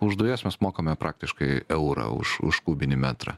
už dujas mes mokame praktiškai eurą už už kubinį metrą